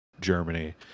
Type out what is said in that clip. Germany